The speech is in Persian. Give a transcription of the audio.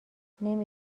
نمی